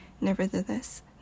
Nevertheless